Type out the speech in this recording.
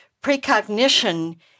precognition